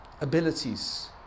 abilities